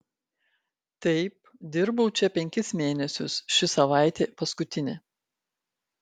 taip dirbau čia penkis mėnesius ši savaitė paskutinė